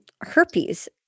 herpes